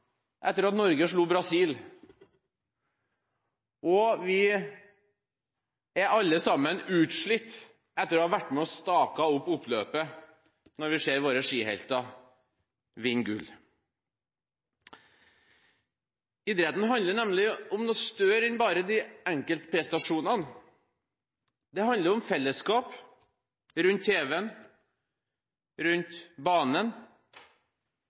etter at Norge slo Brasil, og vi er alle sammen utslitt etter å ha vært med og staket opp oppløpet, når vi ser våre skihelter vinne gull. Idretten handler nemlig om noe større enn bare enkeltprestasjonene. Det handler om fellesskap rundt tv-en, rundt banen,